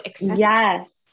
Yes